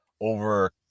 over